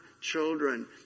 children